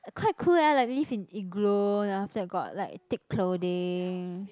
quite cool leh like live in igloo then after that got like thick clothing